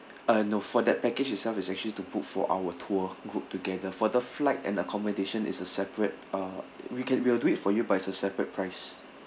uh no for that package itself is actually to book for our tour group together for the flight and accommodation is a separate uh we can we'll do it for you but it's a separate price